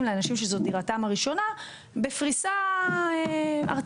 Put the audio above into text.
לאנשים שזו דירתם הראשונה בפריסה ארצית.